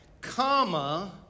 comma